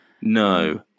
No